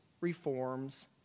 reforms